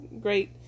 Great